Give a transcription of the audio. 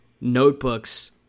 notebooks